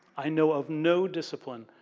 i know of no discipline,